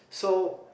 so